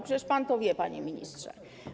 Przecież pan to wie, panie ministrze.